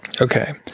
Okay